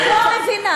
אני לא מבינה.